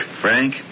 Frank